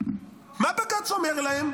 מה בג"ץ אומר להם?